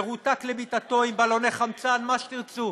מרותק למיטתו עם בלוני חמצן, מה שתרצו,